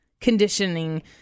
conditioning